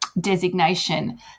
designation